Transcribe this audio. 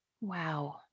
Wow